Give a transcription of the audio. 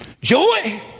Joy